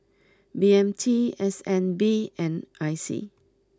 B M T S N B and I C